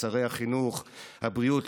לשרי החינוך והבריאות,